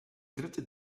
dritte